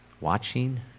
watching